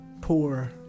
poor